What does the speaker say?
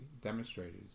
demonstrators